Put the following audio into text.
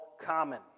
common